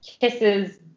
Kisses